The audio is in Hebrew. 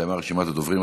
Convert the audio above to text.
הסתיימה רשימת הדוברים.